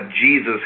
Jesus